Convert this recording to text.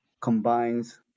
combines